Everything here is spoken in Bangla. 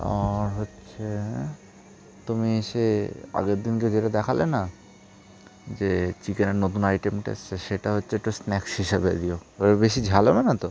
আর হচ্ছে তুমি সে আগের দিনকে যেটা দেখালে না যে চিকেনের নতুন আইটেমটা এসেছে সেটা হচ্ছে একটু স্ন্যাক্স হিসাবে দিও আবার বেশি ঝাল হবে না তো